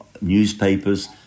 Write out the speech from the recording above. newspapers